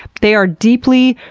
they are deeply,